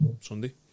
Sunday